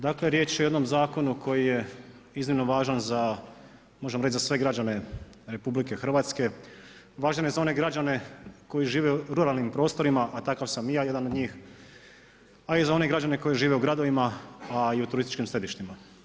Dakle riječ je o jednom zakonu koji je iznimno važan za, možemo reći za sve građane RH, važan je za one građane koji žive u ruralnim prostorima, a takav sam i ja jedan od njih, a i za one građane koji žive u gradovima, a i u turističkim središtima.